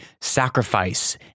sacrifice